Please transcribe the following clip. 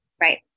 Right